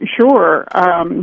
sure